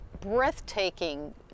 breathtaking